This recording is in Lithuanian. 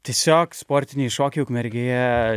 tiesiog sportiniai šokiai ukmergėje